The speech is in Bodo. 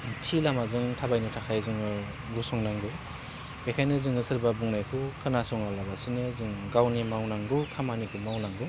थि लामाजों थाबायनो थाखाय जोङो गसंनांगोन बेखायनो जोङो सोरबा बुंनायखौ खोनासङालाबासिनो जों गावनि मावनांगौ खामानिखौ मावलांदो